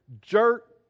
jerk